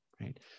right